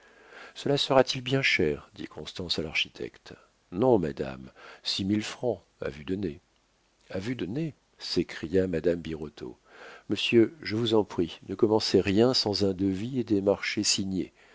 cela sera-t-il bien cher dit constance à l'architecte non madame six mille francs à vue de nez a vue de nez s'écria madame birotteau monsieur je vous en prie ne commencez rien sans un devis et des marchés signés